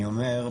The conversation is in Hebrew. אני אומר,